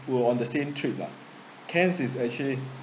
were on the same trip lah cannes is actually